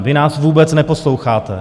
Vy nás vůbec neposloucháte.